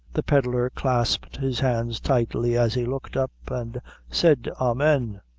the pedlar clasped his hands tightly as he looked up, and said amen!